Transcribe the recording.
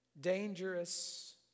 dangerous